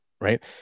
Right